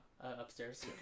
upstairs